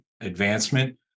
advancement